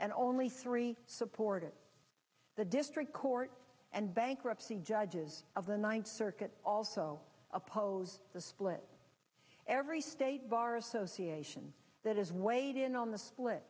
and only three supported the district court and bankruptcy judges of the ninth circuit also oppose the split every state bar association that is weighed in on the split